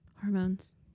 Hormones